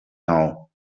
now